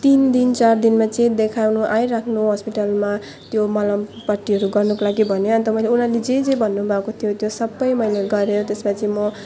तिन दिन चार दिनमा चाहिँ देखाउनु आइराख्नु हस्पिटलमा त्यो मलम पट्टीहरू गर्नुको लागि भन्यो अन्त मैले उनीहरूले जे जे भन्नुभएको थियो त्यो सबै मैले गरेर त्यसपछि म